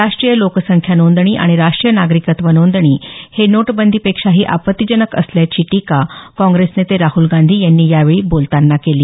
राष्ट्रीय लोकसंख्या नोंदणी आणि राष्ट्रीय नागरिकत्त्व नोंदणी हे नोटबंदी पेक्षाही आपत्तीजनक असल्याची टीका काँग्रेस नेते राहल गांधी यांनी यावेळी बोलतांना केली